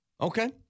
Okay